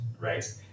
right